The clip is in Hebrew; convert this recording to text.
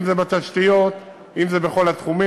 אם בתשתיות ואם בכל התחומים.